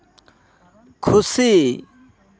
ᱠᱷᱩᱥᱤ